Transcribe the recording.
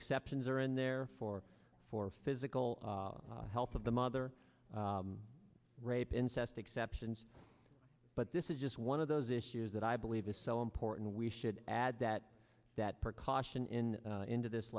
exceptions are in there for for physical health of the mother rape incest exceptions but this is just one of those issues that i believe is so important we should add that that precaution in into this